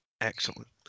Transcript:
excellent